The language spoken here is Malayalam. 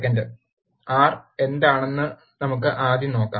ആർ എന്താണെന്ന് ആദ്യം നമുക്ക് നോക്കാം